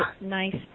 nice